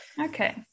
Okay